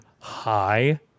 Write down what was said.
high